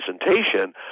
presentation